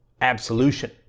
absolution